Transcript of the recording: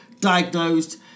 diagnosed